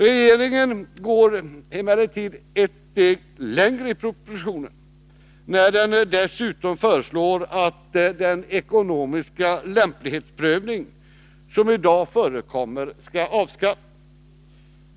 Regeringen går emellertid ett steg längre i propositionen när den dessutom föreslår att den ekonomiska lämplighetsprövning som i dag förekommer skall avskaffas.